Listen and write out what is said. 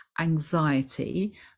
anxiety